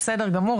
בסדר גמור,